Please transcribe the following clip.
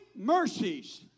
mercies